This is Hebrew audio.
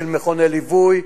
של מכוני ליווי,